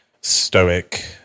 stoic